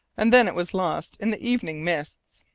and then it was lost in the evening mists.